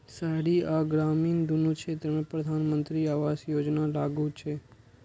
शहरी आ ग्रामीण, दुनू क्षेत्र मे प्रधानमंत्री आवास योजना लागू छै